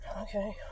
Okay